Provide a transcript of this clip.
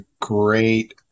great